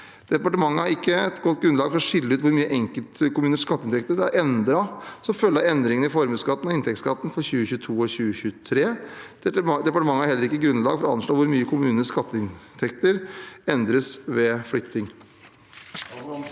Departementet har ikke et godt grunnlag for å skille ut hvor mye enkeltkommuners skatteinntekter er endret som følge av endringene i formuesskatten og inntektsskatten for 2022 og 2023. Departementet har heller ikke grunnlag for å anslå hvor mye kommunenes skatteinntekter endres ved utflytting.